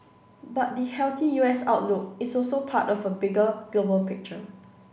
but the healthy U S outlook is also part of a bigger global picture